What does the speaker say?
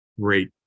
Great